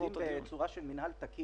עובדים בצורה של מינהל תקין.